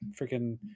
freaking